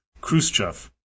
Khrushchev